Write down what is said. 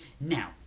now